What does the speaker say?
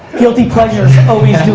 guilty pleasures always do